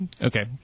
Okay